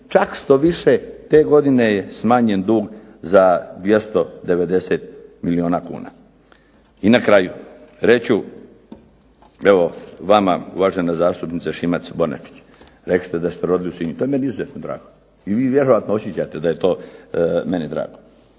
Čak štoviše te godine je smanjen duh za 290 milijuna kuna. I na kraju reći ću evo vama uvažena zastupnice Šimac Bonačić, rekli ste da ste se rodili u Sinju. To je meni izuzetno drago i vi vjerojatno osjećate da je to meni drago.